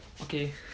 okay